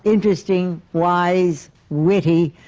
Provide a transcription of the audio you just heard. interesting, wise, witty,